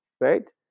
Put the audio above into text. right